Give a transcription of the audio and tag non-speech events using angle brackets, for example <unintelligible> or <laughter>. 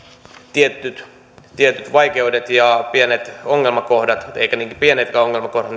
tietyt vaikeudet ja pienet ongelmakohdat eivätkä niin pienetkään ongelmakohdat <unintelligible>